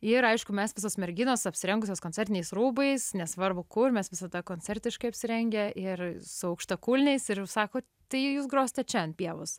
ir aišku mes visos merginos apsirengusios koncertiniais rūbais nesvarbu kur mes visada koncertiškai apsirengę ir su aukštakulniais ir sako tai jūs grosite čia ant pievos